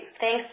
Thanks